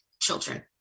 children